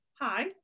Hi